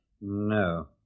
No